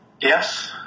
Yes